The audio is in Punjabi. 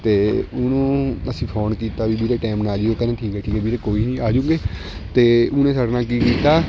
ਅਤੇ ਉਹਨੂੰ ਅਸੀਂ ਫੋਨ ਕੀਤਾ ਵੀ ਵੀਰੇ ਟਾਈਮ ਨਾਲ ਆਜੀਂ ਉਹ ਕਹਿੰਦਾ ਠੀਕ ਆ ਠੀਕ ਆ ਵੀਰੇ ਕੋਈ ਨਹੀਂ ਆਜੂਗੇ ਅਤੇ ਉਹਨੇ ਸਾਡੇ ਨਾਲ ਕੀ ਕੀਤਾ